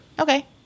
Okay